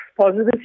positive